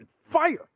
fire